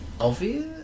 obvious